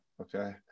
Okay